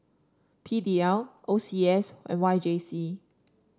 P D L O C S and Y J C